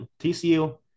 TCU